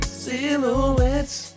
silhouettes